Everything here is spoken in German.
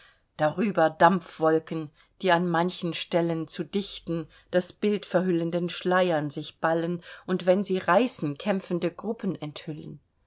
darüber dampfwolken die an manchen stellen zu dichten das bild verhüllenden schleiern sich ballen und wenn sie reißen kämpfende gruppen enthüllen